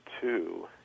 two